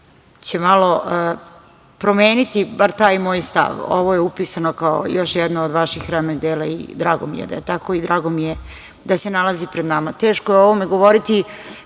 će malo promeniti bar taj moj stav. Ovo je upisano kao još jedno od vaših remek dela i drago mi je da je tako i drago mi je da se nalazi pred nama. Teško je o ovome govoriti